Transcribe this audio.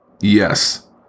Yes